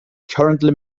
currently